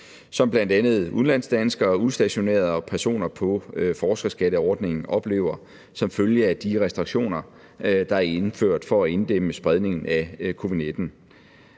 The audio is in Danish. som bl.a. udenlandsdanskere, udstationerede og personer på forskerskatteordningen oplever som følge af de restriktioner, der er indført for at inddæmme spredningen af covid-19.